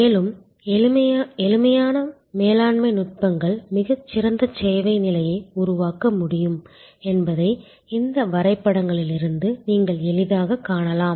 மேலும் எளிமையான மேலாண்மை நுட்பங்கள் மிகச் சிறந்த சேவை நிலையை உருவாக்க முடியும் என்பதை இந்த வரைபடங்களிலிருந்து நீங்கள் எளிதாகக் காணலாம்